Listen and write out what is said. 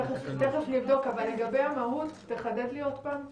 תכף נבדוק, אבל לגבי המהות: תחדד שוב פעם.